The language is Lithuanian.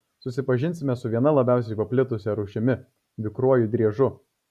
susipažinsime su viena labiausiai paplitusia rūšimi vikriuoju driežu